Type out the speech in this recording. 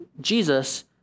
Jesus